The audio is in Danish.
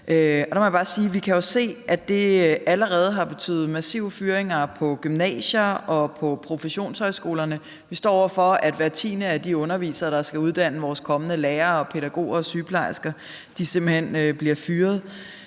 jo kan se, at det allerede har betydet massive fyringer på gymnasier og på professionshøjskolerne. Vi står over for, at hver tiende af de undervisere, der skal uddanne vores kommende lærere og pædagoger og sygeplejersker, simpelt hen bliver fyret.